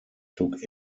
took